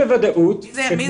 מי